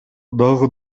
дагы